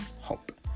hope